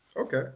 Okay